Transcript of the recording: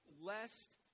lest